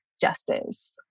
justice